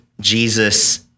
Jesus